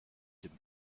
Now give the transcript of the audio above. dem